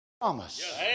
promise